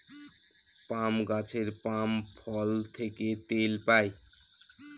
পাম গাছের পাম ফল থেকে তেল পাই